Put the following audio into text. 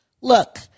Look